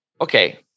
Okay